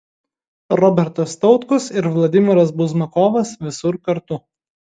robertas tautkus ir vladimiras buzmakovas visur kartu